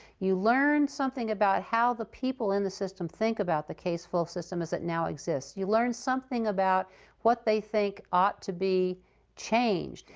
you learn something about how the people in the system think about the caseflow system as it now exists. you learn something about what they think ought to be changed.